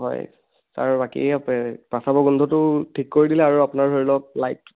হয় আৰু বাকী পেচাবৰ গোন্ধটো ঠিক কৰি দিলে আৰু আপোনাৰ ধৰি লওক লাইট